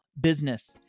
business